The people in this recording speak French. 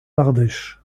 ardèche